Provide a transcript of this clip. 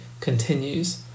continues